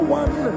one